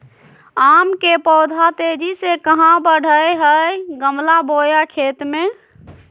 आम के पौधा तेजी से कहा बढ़य हैय गमला बोया खेत मे?